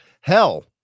Hell